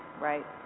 right